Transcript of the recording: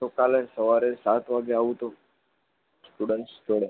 તો કાલે સવારે સાત વાગે આવું તો સ્ટુડન્ટ્સ જોડે